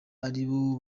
aribo